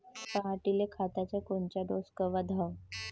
पऱ्हाटीले खताचा कोनचा डोस कवा द्याव?